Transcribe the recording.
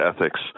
ethics